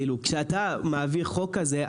כשאתה מעביר חוק כזה,